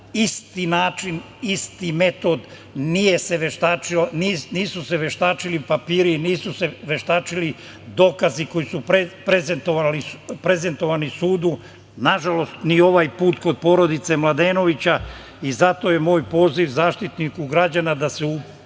isti način, isti metod, nisu se veštačili papiri, nisu se veštačili dokazi koji su prezentovani sudu, nažalost, ni ovaj put kod porodice Mladenovića i zato je moj poziv Zaštitniku građana da se upusti